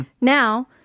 Now